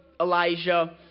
Elijah